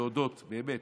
אני רוצה להודות באמת